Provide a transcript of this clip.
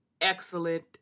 excellent